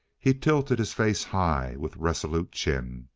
he tilted his face high, with resolute chin.